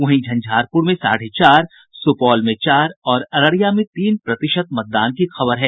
वहीं झंझारपुर में साढ़े चार सुपौल में चार और अररिया में तीन प्रतिशत मतदान की खबर है